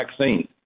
vaccine